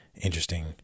Interesting